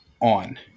on